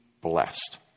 blessed